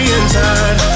inside